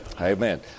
Amen